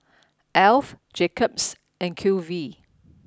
Alf Jacob's and Q V